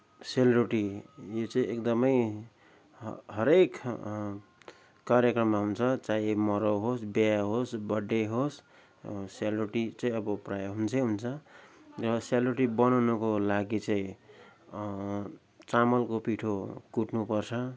सेलरोटी यो चाहिँ एकदमै हरेक कार्यक्रममा हुन्छ चाहे मराउ होस् बिहे होस् बर्थडे होस् सेलरोटी चाहिँ अब प्रायः हुन्छै हुन्छ यो सेलरोटी बनाउनुको लागि चाहिँ चामलको पिठो कुट्नु पर्छ